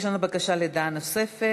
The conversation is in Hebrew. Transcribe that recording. יש לנו בקשה לדעה נוספת.